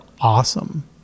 awesome